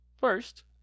First